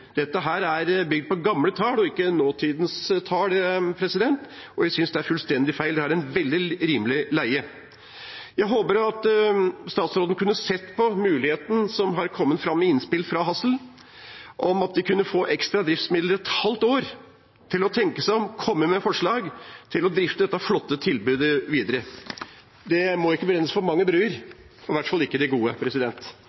Dette er bygd på gamle tall og ikke på nåtidens tall, og vi synes det er fullstendig feil. De har en veldig rimelig leie. Jeg håper at statsråden kan se på muligheten som har kommet fram i innspill fra Hassel, om å kunne få ekstra driftsmidler et halvt år til – og tenke seg om og komme med forslag til å drifte dette flotte tilbudet videre. Det må ikke brennes for mange